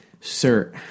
sir